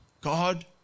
God